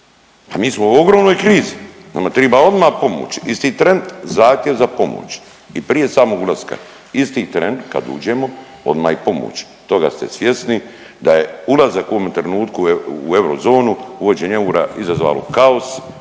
mi smo u ogromnoj krizi, nama triba odmah pomoći, isti tren zahtjev za pomoć i prije samog ulaska. Isti tren kad uđemo, odmah i pomoć. Toga ste svjesni da je ulazak u ovom trenutku u eurozonu, uvođenje eura izazvalo kaos